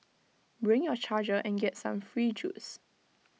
bring your charger and get some free juice